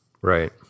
Right